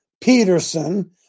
Peterson